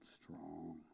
strong